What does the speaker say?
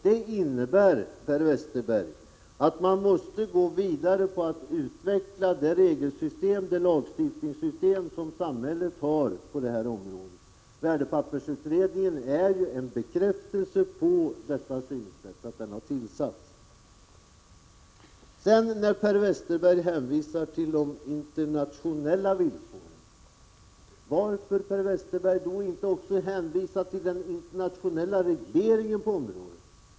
Detta innebär, Per Westerberg, att det lagstiftningssystem som gäller på detta område måste vidareutvecklas. Tillsättandet av värdepappersutredningen är en bekräftelse på detta synsätt. Per Westerberg hänvisar till de internationella villkoren, men varför då 143 inte hänvisa också till den internationella regleringen på området?